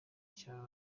cya